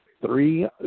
Three